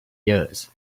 yours